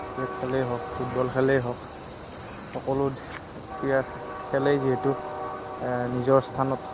cricket খেলেই হওক football খেলেই হওক সকলো ক্ৰীড়া খেলেই যিহেতু নিজৰ স্থানত